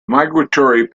migratory